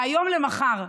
מהיום למחר.